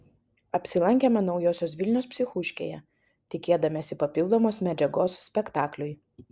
apsilankėme naujosios vilnios psichuškėje tikėdamiesi papildomos medžiagos spektakliui